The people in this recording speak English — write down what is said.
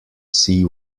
sea